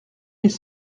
mille